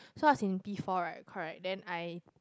so I was in P four right correct then I